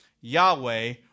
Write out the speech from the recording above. Yahweh